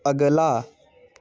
अगला